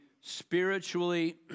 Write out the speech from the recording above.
spiritually